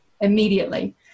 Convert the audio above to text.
immediately